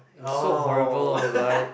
you so horrible like